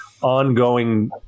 ongoing